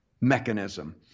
mechanism